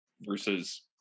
versus